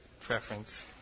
preference